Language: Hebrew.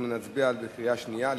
אנחנו נצביע בקריאה שנייה.